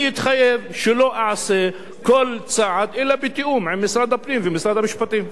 ואני אתחייב שלא אעשה כל צעד אלא בתיאום עם משרד הפנים ומשרד המשפטים.